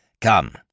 Come